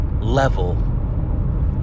level